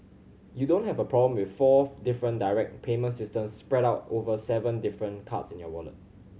you don't have a problem with four different direct payment systems spread out over seven different cards in your wallet